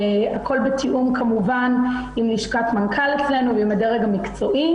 הכול בתיאום כמובן עם לשכת מנכ"ל אצלנו ועם הדרג המקצועי,